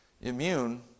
immune